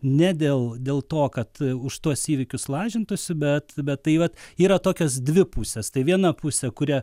ne dėl dėl to kad už tuos įvykius lažintųsi bet tai vat yra tokios dvi pusės tai viena pusė kurią